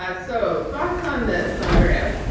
ah so thoughts on this, andrea?